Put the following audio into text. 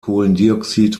kohlendioxid